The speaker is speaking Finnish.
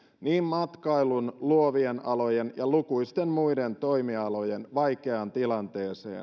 niin matkailun luovien alojen kuin lukuisten muiden toimialojen vaikeaan tilanteeseen